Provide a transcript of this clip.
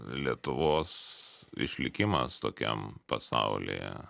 lietuvos išlikimas tokiam pasaulyje